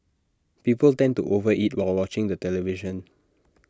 people tend to over eat while watching the television